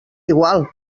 igual